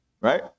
right